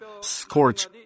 scorch